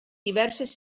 diverses